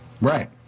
Right